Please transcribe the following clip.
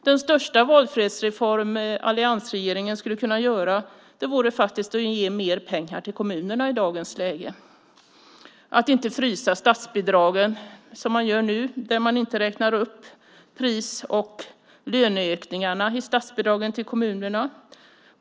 Den största valfrihetsreform alliansregeringen skulle kunna göra vore faktiskt att ge mer pengar till kommunerna i dagens läge, att inte frysa statsbidragen, som man gör när man inte räknar upp pris och löneökningarna i statsbidragen till kommunerna.